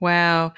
Wow